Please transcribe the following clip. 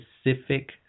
specific